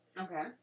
Okay